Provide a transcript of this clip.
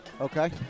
Okay